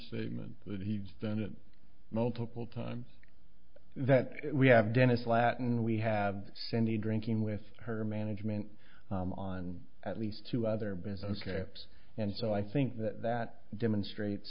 statement that he's done it multiple times that we have dennis latin we have cindy drinking with her management on at least two other business camps and so i think that that demonstrate